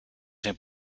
zijn